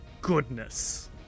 goodness